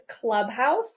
Clubhouse